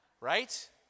Right